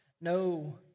no